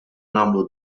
nagħmlu